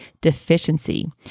deficiency